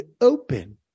open